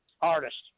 artists